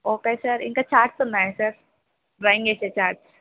okay sir ఇంకా charts ఉన్నాయా sir drawing వేసే ఛార్ట్స్